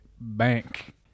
bank